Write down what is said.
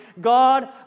God